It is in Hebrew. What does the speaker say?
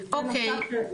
הבנתי, אוקיי.